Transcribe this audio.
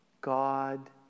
God